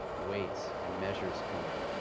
weights, and measures committee.